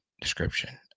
description